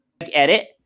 Edit